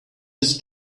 his